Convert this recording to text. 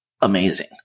amazing